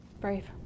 Brave